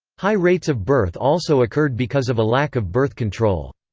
high rates of birth also occurred because of a lack of birth control.